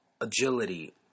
agility